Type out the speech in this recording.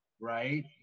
right